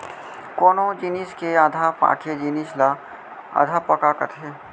कोनो जिनिस के आधा पाके जिनिस ल अधपका कथें